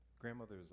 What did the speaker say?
grandmother's